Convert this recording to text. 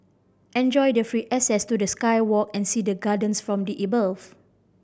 enjoy the free access to the sky walk and see the gardens from the above